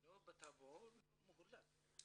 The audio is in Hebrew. לא בטאבו, מחולק.